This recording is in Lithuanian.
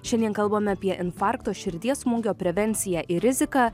šiandien kalbame apie infarkto širdies smūgio prevenciją ir riziką